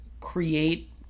create